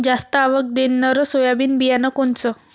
जास्त आवक देणनरं सोयाबीन बियानं कोनचं?